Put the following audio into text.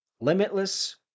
Limitless